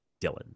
dylan